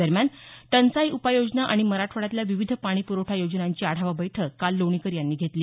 दरम्यान टंचाई उपाय योजना आणि मराठवाड्यातल्या विविध पाणी प्रवठा योजनांची आढावा बैठक काल लोणीकर यांनी घेतली